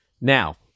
Now